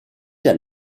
der